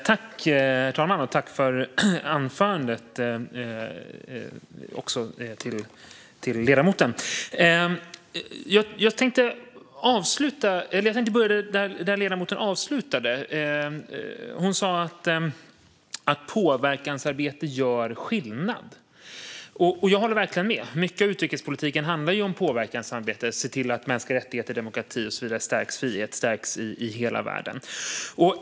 Herr talman! Jag tackar ledamoten för anförandet. Jag tänkte börja där ledamoten slutade. Hon sa att påverkansarbete gör skillnad. Jag håller verkligen med. Mycket av utrikespolitiken handlar om påverkansarbete för att se till att mänskliga rättigheter, demokrati, frihet och så vidare stärks i hela världen.